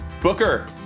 Booker